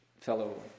fellow